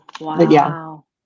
Wow